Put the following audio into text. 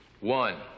One